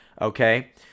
Okay